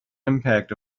impact